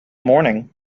morning